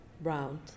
round